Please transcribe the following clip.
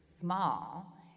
small